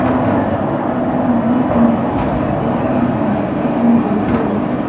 দু হাজার থেকে আড়াই হাজার মানুষ কিন্তু এই সব ব্যবসার সঙ্গে জড়িত রয়েছে